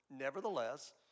nevertheless